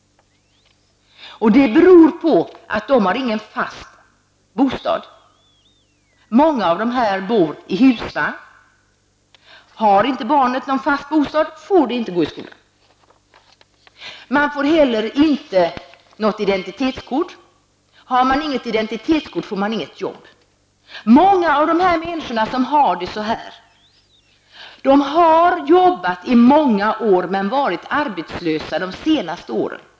Det beror på att de inte har någon fast bostad. Många av dessa bor i husvagn. Har inte barnet någon fast bostad får det inte gå i skolan. Man får inte heller något identitetskort. Har man inget identitetskort får man inget jobb. Många av de människor som befinner sig i denna situation har jobbat i många år men varit arbetslösa de senaste åren.